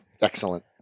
Excellent